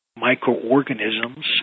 microorganisms